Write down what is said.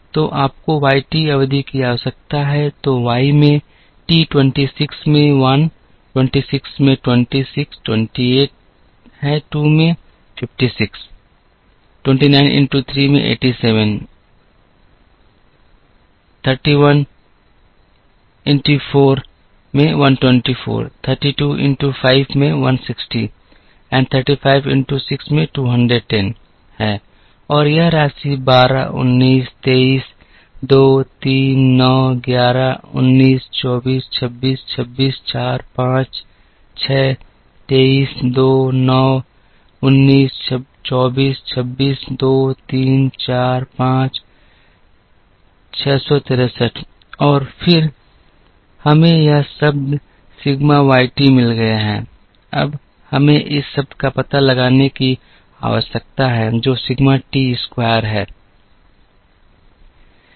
तो आपको Y T अवधि की आवश्यकता है तो Y में t 26 में 1 26 में 26 28 है 2 में 56 29 है 3 में 87 31 है 4 में 124 32 है 5 में 160 है 35 में 6 में 210 है और यह राशि 12 19 23 2 3 9 11 19 24 26 26 4 5 6 23 2 9 19 24 26 2 3 4 5 663 और फिर हमें अब यह शब्द सिग्मा वाई टी मिल गया है अब हमें इस शब्द का पता लगाने की आवश्यकता है जो सिग्मा टी स्क्वायर है